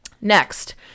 Next